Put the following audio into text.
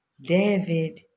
David